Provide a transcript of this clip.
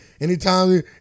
Anytime